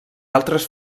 altres